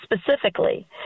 specifically